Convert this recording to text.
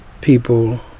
people